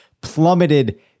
plummeted